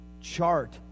chart